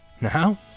Now